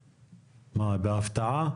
מה, בהפתעה?